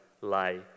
lie